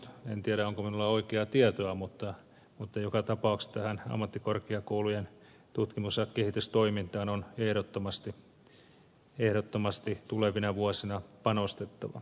en tiedä onko minulla oikeaa tietoa mutta joka tapauksessa tähän ammattikorkeakoulujen tutkimus ja kehitystoimintaan on ehdottomasti tulevina vuosina panostettava